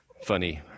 funny